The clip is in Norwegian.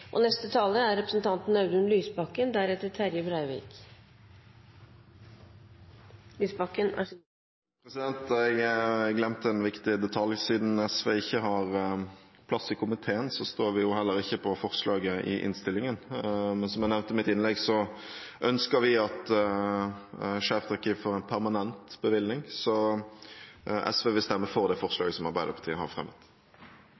plass i komiteen, står vi heller ikke bak forslaget i innstillingen. Men som jeg nevnte i mitt innlegg, ønsker vi at Skeivt arkiv får en permanent bevilgning. Så SV vil stemme for det